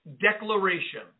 declaration